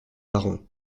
parens